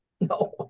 No